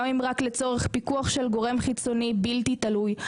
גם אם רק לצורך פיקוח של גורם חיצוני בלתי תלוי,